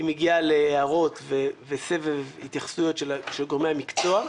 היא מגיעה להערות וסבב התייחסויות של גורמי המקצוע.